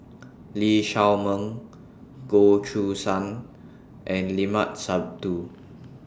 Lee Shao Meng Goh Choo San and Limat Sabtu